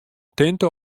tinte